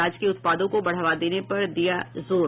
राज्य के उत्पादों को बढ़ावा देने पर दिया जोर